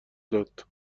داد